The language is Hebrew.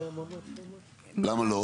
למה לא?